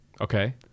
okay